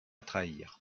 trahir